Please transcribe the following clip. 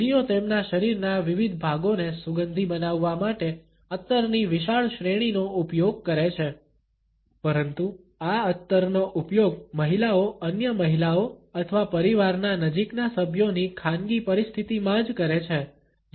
સ્ત્રીઓ તેમના શરીરના વિવિધ ભાગોને સુગંધી બનાવવા માટે અત્તરની વિશાળ શ્રેણીનો ઉપયોગ કરે છે પરંતુ આ અત્તરનો ઉપયોગ મહિલાઓ અન્ય મહિલાઓ અથવા પરિવારના નજીકના સભ્યોની ખાનગી પરિસ્થિતિમાં જ કરે છે